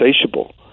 insatiable